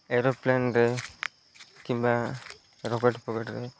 ଏରୋପ୍ଲେନ୍ରେ କିମ୍ବା ରକେଟ୍ ପକେଟ୍ରେ